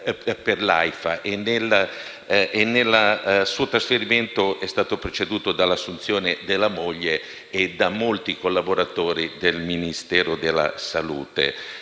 per l’Aifa e il suo trasferimento è stato preceduto dall’assunzione della moglie e di molti collaboratori del Ministero della salute,